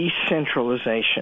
decentralization